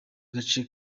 gace